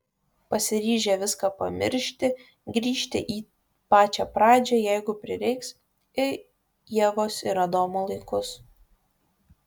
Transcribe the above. pasiryžę viską pamiršti grįžti į pačią pradžią jeigu prireiks į ievos ir adomo laikus